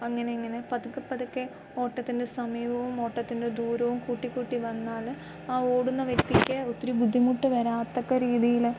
അങ്ങനെ അങ്ങനെ പതുക്കെ പതുക്കെ ഓട്ടത്തിൻ്റെ സമയവും ഓട്ടത്തിൻ്റെ ദൂരവും കൂട്ടി കൂട്ടി വന്നാൽ ആ ഓടുന്ന വ്യക്തിക്ക് ഒത്തിരി ബുദ്ധിമുട്ട് വരാത്ത രീതിയിൽ